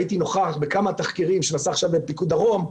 והייתי נוכח בכמה תחקירים שנעשו עכשיו בפיקוד דרום,